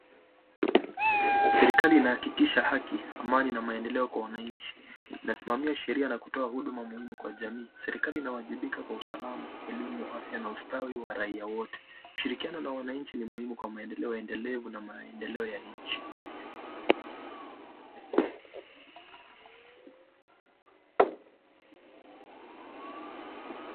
Serikali inahakikisha haki, amani na maendeleo kwa wananchi. Inasimamia sheria na kutoa huduma muhimu kwa jamii. Serikali inawajibika kwa usalama, elimu, afya na ustawi wa raia wote. Kushirikiana na wananchi ni muhimu kwa maendeleo endelevu na maendeleo ya nchi.